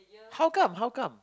how come how come